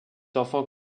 enfant